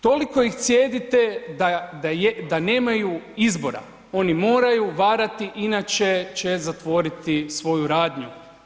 Toliko ih cijedite da nemaju izbora, oni moraju varati inače će zatvoriti svoju radnju.